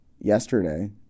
yesterday